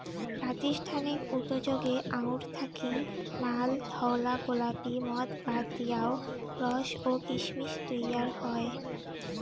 প্রাতিষ্ঠানিক উতোযোগে আঙুর থাকি নাল, ধওলা, গোলাপী মদ বাদ দিয়াও রস ও কিসমিস তৈয়ার হয়